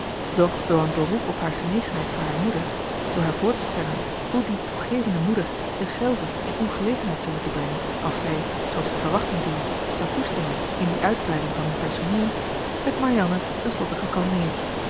doch door een beroep op haar genegenheid voor hare moeder door haar voor te stellen hoe die toegevende moeder zichzelve in ongelegenheid zou moeten brengen als zij zooals te verwachten viel zou toestemmen in die uitbreiding van hun personeel werd marianne tenslotte gekalmeerd